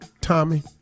Tommy